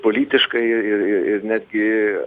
politiškai ir ir ir ir netgi